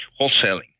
Wholesaling